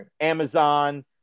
Amazon